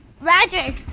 Roger